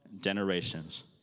generations